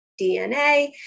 DNA